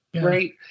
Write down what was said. right